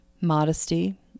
modesty